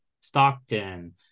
Stockton